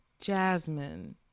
Jasmine